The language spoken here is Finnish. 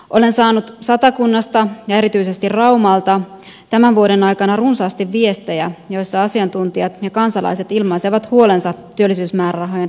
olen saanut satakunnasta ja erityisesti raumalta tämän vuoden aikana runsaasti viestejä joissa asiantuntijat ja kansalaiset ilmaisevat huolensa työllisyysmäärärahojen riittävyydestä